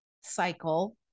cycle